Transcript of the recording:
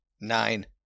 Nine